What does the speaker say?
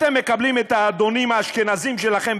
אתם מקבלים את האדונים האשכנזים שלכם,